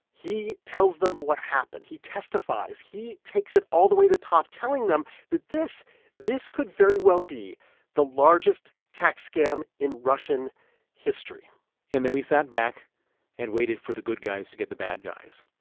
he tells them what happened. he testifies. he takes it all the way the top, telling them that this this could very well be the largest tax scam in russian history and then we sat back and waited for the good guys to get the bad guys.